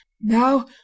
Now